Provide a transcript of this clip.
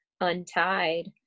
untied